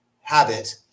habit